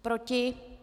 Proti?